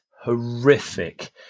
horrific